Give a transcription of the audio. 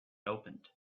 opened